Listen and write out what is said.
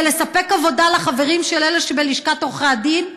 לספק עבודה לחברים של אלה שבלשכת עורכי הדין,